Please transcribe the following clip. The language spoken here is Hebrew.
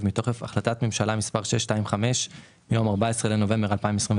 מתוקף החלטת ממשלה מספר 625 מיום 14 בנובמבר 2021,